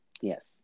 Yes